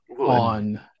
on